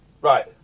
Right